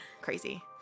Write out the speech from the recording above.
crazy